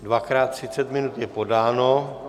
Dvakrát 30 minut je podáno.